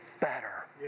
better